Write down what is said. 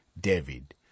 David